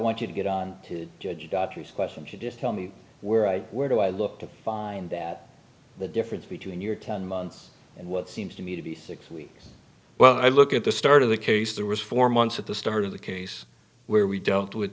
want you to get on judge doctors question should just tell me where i where do i look to find that the difference between your ten months and what seems to me to be six weeks well i look at the start of the case there was four months at the start of the case where we don't